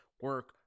Work